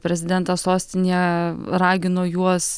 prezidento sostinėje ragino juos